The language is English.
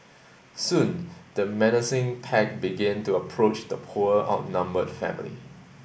soon the menacing pack began to approach the poor outnumbered family